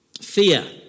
Fear